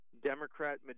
Democrat